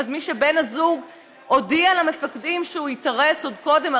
אז מי שבן הזוג הודיע למפקדים שהוא התארס עוד קודם.